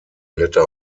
blätter